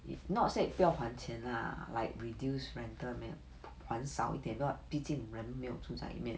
not say 不要还钱 lah like reduce rental 还少一点 毕竟人没有住在里面